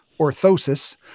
orthosis